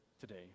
today